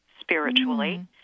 spiritually